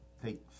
Take